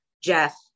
Jeff